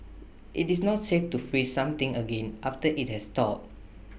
IT is not safe to freeze something again after IT has thawed